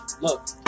look